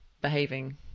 behaving